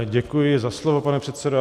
Děkuji za slovo, pane předsedo.